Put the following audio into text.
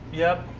yeah.